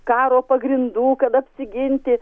karo pagrindų kad apsiginti